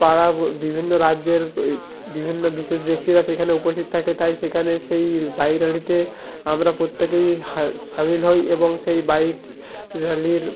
পাড়া বিভিন্ন রাজ্যের ওই বিভিন্ন বিশেষ ব্যক্তিরাও সেইখানে উপস্থিত থাকে তাই সেখানে সেই বাইক র্যালিতে আমরা প্রত্যেকেই হা সামিল হয় এবং সেই বাইক র্যালির